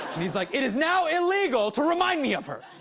and he's like, it is now illegal to remind me of her!